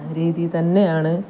രീതി തന്നെയാണ്